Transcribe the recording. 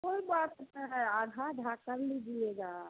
कोई बात नहिन है आधा आधा कर लीजिएगा